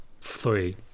three